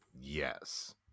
yes